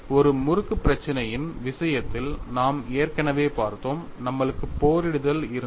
ஒரு முறுக்கு பிரச்சனையின் விஷயத்தில் நாம் ஏற்கனவே பார்த்தோம் நம்மளுக்கு போரிடுதல் இருந்தது